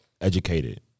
educated